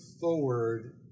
forward